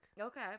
Okay